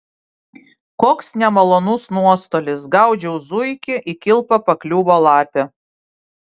koks nemalonus nuostolis gaudžiau zuikį į kilpą pakliuvo lapė